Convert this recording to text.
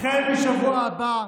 החל בשבוע הבא.